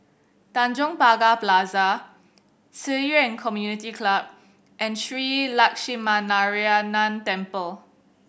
Tanjong Pagar Plaza Ci Yuan Community Club and Shree Lakshminarayanan Temple